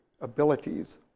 abilities